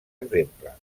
exemple